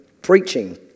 Preaching